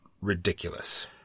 ridiculous